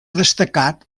destacat